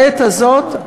בעת הזאת,